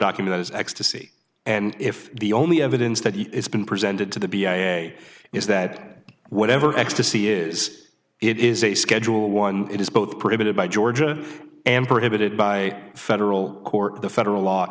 oculus ecstasy and if the only evidence that it's been presented to the b a is that whatever ecstasy is it is a schedule one it is both prohibited by georgia and prohibited by federal court the federal law